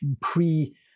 pre